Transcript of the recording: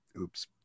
oops